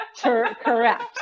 Correct